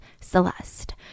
Celeste